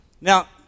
Now